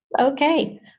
Okay